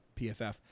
PFF